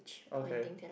okay